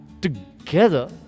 together